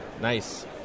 Nice